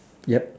yup